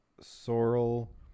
sorrel